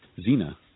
Zena